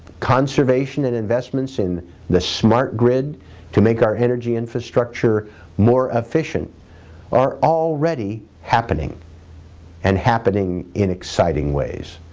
conservation and investments in the smart grid to make our energy infrastructure more efficient are already happening and happening in exciting ways.